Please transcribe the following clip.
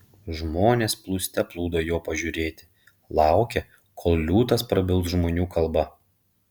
žmonės plūste plūdo jo pažiūrėti laukė kol liūtas prabils žmonių kalba